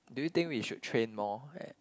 do you think we should train more at